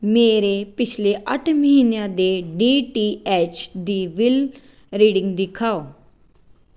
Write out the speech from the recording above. ਮੇਰੇ ਪਿਛਲੇ ਅੱਠ ਮਹੀਨਿਆਂ ਦੇ ਡੀ ਟੀ ਐਚ ਦੀ ਬਿਲ ਰੀਡਿੰਗ ਦਿਖਾਓ